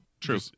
True